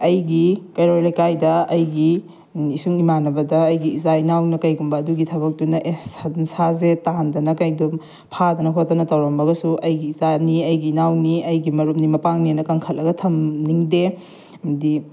ꯑꯩꯒꯤ ꯀꯩꯔꯣꯜ ꯂꯩꯀꯥꯏꯗ ꯑꯩꯒꯤ ꯏꯁꯨꯡ ꯏꯃꯥꯟꯅꯕꯗ ꯑꯩꯒꯤ ꯏꯆꯥ ꯏꯅꯥꯎꯅ ꯀꯩꯒꯨꯝꯕ ꯑꯗꯨꯒꯤ ꯊꯕꯛꯇꯨꯅ ꯑꯦ ꯁꯟ ꯁꯥꯁꯦ ꯇꯥꯍꯟꯗꯅ ꯀꯩꯗꯣ ꯐꯥꯗꯅ ꯈꯣꯠꯇꯅ ꯇꯧꯔꯝꯃꯒꯁꯨ ꯑꯩꯒꯤ ꯏꯆꯥꯅꯤ ꯑꯩꯒꯤ ꯏꯅꯥꯎꯅꯤ ꯑꯩꯒꯤ ꯃꯔꯨꯞꯅꯤ ꯃꯄꯥꯡꯅꯤꯅ ꯀꯟꯈꯠꯂꯒ ꯊꯝꯅꯤꯡꯗꯦ ꯍꯥꯏꯗꯤ